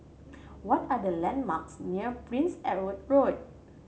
what are the landmarks near Prince Edward Road